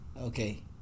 okay